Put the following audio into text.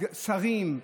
שרים,